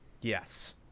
Yes